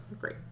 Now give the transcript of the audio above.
Great